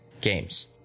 games